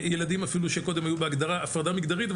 ילדים שקודם היו בהגדרה של הפרדה מגדרית,